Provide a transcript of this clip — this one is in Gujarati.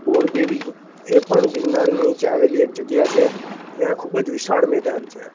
બોરદેવી એ પણ ગીરનાર નીચે આવેલી એક જગ્યા છે જ્યાં ખૂબ જ વિશાળ મેદાન છે